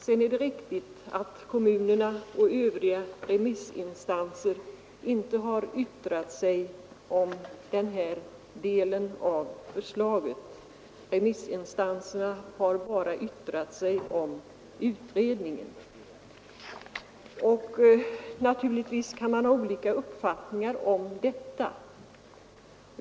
Sedan är det riktigt att kommunerna och de övriga remissinstanserna inte har yttrat sig om denna del av förslaget utan endast om utredningen, och man kan naturligtvis ha olika uppfattningar om den saken.